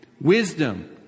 wisdom